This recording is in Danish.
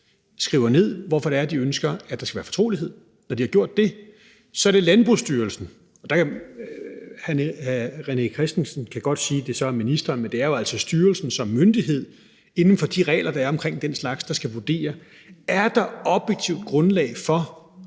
skriver ned, hvorfor de ønsker, at der skal være fortrolighed, og når de har gjort det, er det Landbrugsstyrelsen, der vurderer. Hr. René Christensen kan godt sige, at det så er ministeren, men det er jo altså styrelsen som myndighed, der inden for de regler, der er omkring den slags, skal vurdere, om der er objektivt grundlag for